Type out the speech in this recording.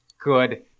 good